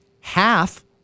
half